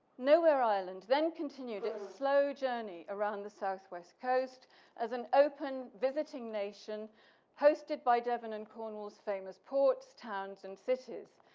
nowhereisland then continued it slow journey around the south west coast as an open visiting nation hosted by devon and cornwall is famous port towns and cities.